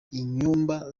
inyumba